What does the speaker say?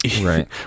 right